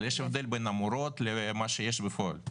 אבל יש הבדל בין אמורות למה שיש בפועל.